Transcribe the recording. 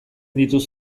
ditut